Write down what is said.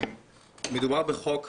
מדובר בחוק חשוב,